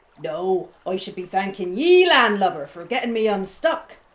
no, i should be thanking you, landlubber for getting me unstuck.